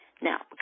now